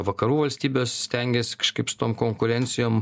vakarų valstybės stengiasi kažkaip su tom konkurencijom